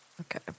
okay